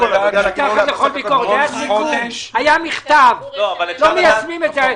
היה סיכום, היה מכתב ולא מיישמים את זה.